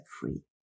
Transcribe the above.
free